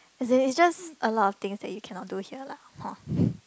as in it's just a lot of things that you cannot do here lah hor